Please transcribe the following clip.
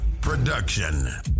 production